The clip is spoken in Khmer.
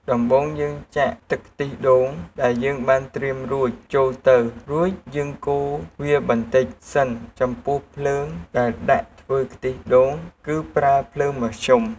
ដំបូងយើងចាក់ទឹកខ្ទិះដូងដែលយើងបានត្រៀមរួចចូលទៅ រួចយើងកូរវាបន្តិចសិន ចំពោះភ្លើងដែលដាក់ធ្វើខ្ទិះដូងគឺប្រើភ្លើងមធ្យម។